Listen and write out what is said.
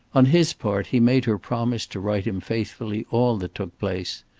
on his part he made her promise to write him faithfully all that took place,